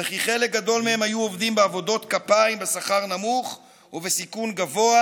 וכי חלק גדול מהם היו עובדים בעבודות כפיים בשכר נמוך ובסיכון גבוה,